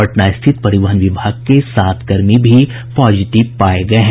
पटना स्थित परिवहन विभाग के सात कर्मी भी पॉजिटिव पाये गये हैं